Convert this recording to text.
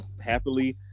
happily